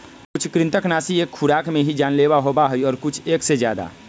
कुछ कृन्तकनाशी एक खुराक में ही जानलेवा होबा हई और कुछ एक से ज्यादा